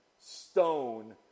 stone